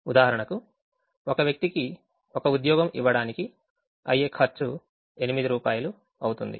ఉదాహరణకు ఒక వ్యక్తికి ఒక ఉద్యోగం ఇవ్వడానికి అయ్యే ఖర్చు 8 రూపాయలు అవుతుంది